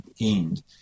end